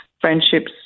friendships